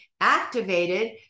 activated